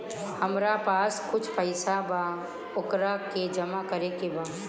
हमरा पास कुछ पईसा बा वोकरा के जमा करे के बा?